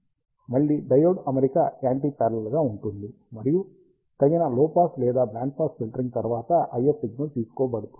మళ్ళీ డయోడ్ అమరిక anti parallel గా ఉంటుంది మరియు తగిన లో పాస్ లేదా బ్యాండ్ పాస్ ఫిల్టరింగ్ తర్వాత IF సిగ్నల్ తీసుకోబడుతుంది